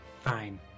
Fine